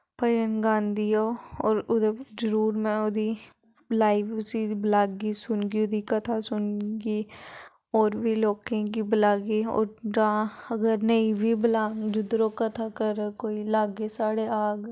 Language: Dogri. भजन गांदी ऐ ओह् और उदे जरूर में ओह्दी लाइव उस्सी बलागी सुनगी उदी कथा सुनगी और बी लोकें गी बलागी और जां अगर नेईं बी बलां जुद्दर ओह् कथा करग कोई लाग्गे साढ़े आग